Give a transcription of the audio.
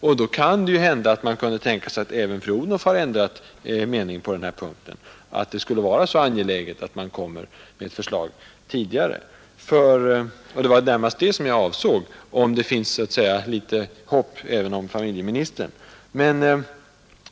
Därför kunde man tänka sig att även fru Odhnoff hade ändrat mening på den här punkten och anser det hela så angeläget att ett förslag bör läggas fram tidigare. Det var närmast det jag avsåg, nämligen om det finns ett litet hopp även om familjeministern!